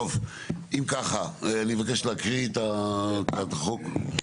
אם כך אני מבקש להקריא את הצעת החוק.